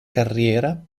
carriera